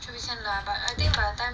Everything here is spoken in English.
坐一下子 lah but I think by the time